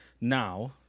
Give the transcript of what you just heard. now